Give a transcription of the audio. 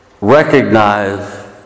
recognize